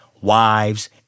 wives